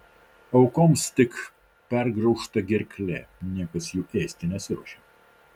aukoms tik pergraužta gerklė niekas jų ėsti nesiruošė